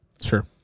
Sure